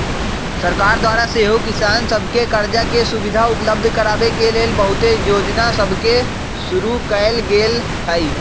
सरकार द्वारा सेहो किसान सभके करजा के सुभिधा उपलब्ध कराबे के लेल बहुते जोजना सभके शुरु कएल गेल हइ